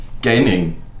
gaining